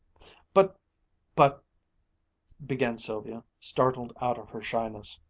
but but began sylvia, startled out of her shyness.